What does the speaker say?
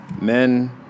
men